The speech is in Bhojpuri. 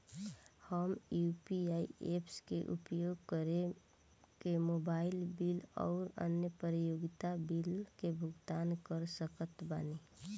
हम यू.पी.आई ऐप्स के उपयोग करके मोबाइल बिल आउर अन्य उपयोगिता बिलन के भुगतान कर सकत बानी